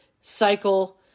Cycle